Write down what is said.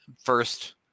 first